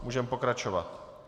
Můžeme pokračovat.